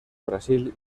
brasil